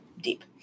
deep